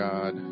God